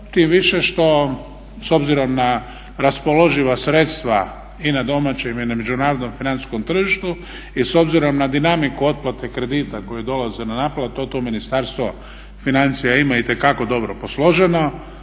Tim više što s obzirom na raspoloživa sredstva i na domaćem i na međunarodnom financijskom tržištu i s obzirom na dinamiku otplate kredita koji dolaze na naplatu a to Ministarstvo financija ima itekako dobro posloženo